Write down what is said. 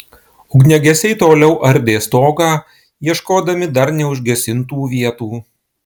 ugniagesiai toliau ardė stogą ieškodami dar neužgesintų vietų